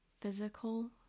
physical